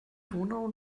donau